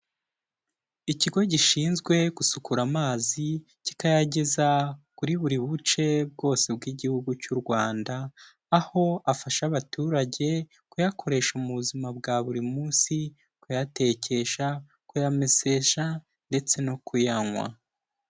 Ikigo gishinzwe gusukura amazi kikayageza kuri buri buce bwose bw'igihugu cy'u Rwanda, aho afasha abaturage kuyakoresha mu buzima bwa buri munsi: kuyatekesha, kuyameshesha ndetse no kuyanywa.